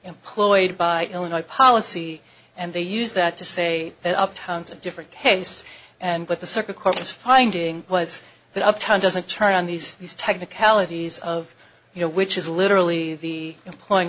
employed by illinois policy and they use that to say that up towns a different case and what the circuit court is finding was that uptown doesn't turn on these these technicalities of you know which is literally the employing